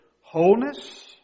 wholeness